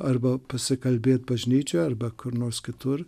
arba pasikalbėt bažnyčioje arba kur nors kitur